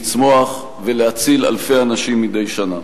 לצמוח ולהציל אלפי אנשים מדי שנה.